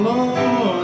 Lord